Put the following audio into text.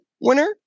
winner